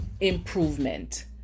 improvement